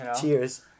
cheers